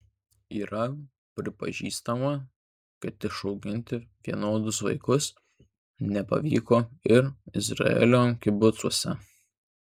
yra pripažįstama kad išauginti vienodus vaikus nepavyko ir izraelio kibucuose